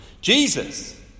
Jesus